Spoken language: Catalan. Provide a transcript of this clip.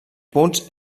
punts